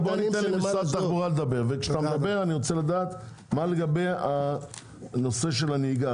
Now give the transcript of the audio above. משרד התחבורה, מה לגבי הנהיגה?